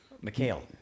Mikhail